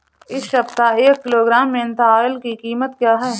इस सप्ताह एक किलोग्राम मेन्था ऑइल की कीमत क्या है?